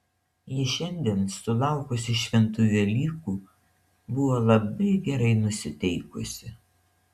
ji šiandien sulaukusi šventų velykų buvo labai gerai nusiteikusi